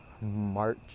March